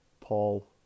Paul